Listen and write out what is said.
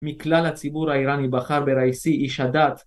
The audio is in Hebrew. מכלל הציבור האיראני בחר בראיסי איש הדת